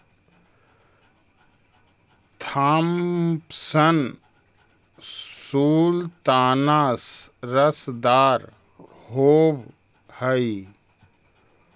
Thompson सुल्ताना रसदार होब हई